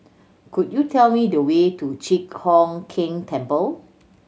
could you tell me the way to Chi Hock Keng Temple